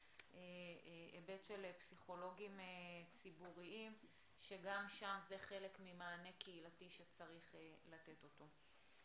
ההיבט של פסיכולוגים ציבוריים שגם שם זה חלק ממענה קהילתי שצריך לתת אותו.